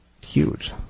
huge